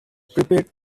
prepared